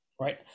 Right